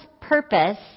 purpose